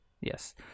Yes